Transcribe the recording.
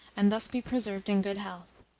and thus be preserved in good health.